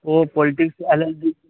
O politics L L B